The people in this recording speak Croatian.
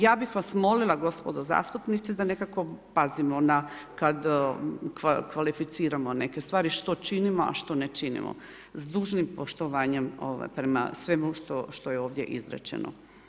Ja bih vas molila, gospodo zastupnici da nekako pazimo kad kvalificiramo neke stvari što činimo, a što ne činimo, s dužnim poštovanjem prema svemu što je ovdje izrečeno.